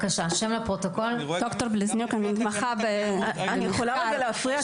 אני מתמחה ב- -- אני יכולה רגע להפריע?